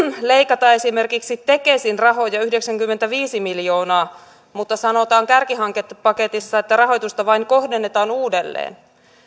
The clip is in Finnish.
leikata esimerkiksi tekesin rahoja yhdeksänkymmentäviisi miljoonaa mutta kärkihankepaketissa sanotaan että rahoitusta vain kohdennetaan uudelleen